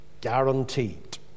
guaranteed